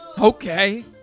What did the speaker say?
Okay